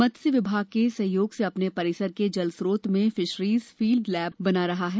मत्स्य विभाग के सहयोग से वह अपने परिसर के जल स्त्रोत में फिशरीज फील्ड लैब बना रहा है